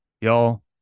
y'all